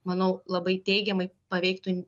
manau labai teigiamai paveiktų